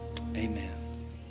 Amen